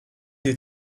des